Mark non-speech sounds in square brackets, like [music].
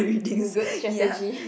good strategy [breath]